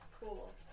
Cool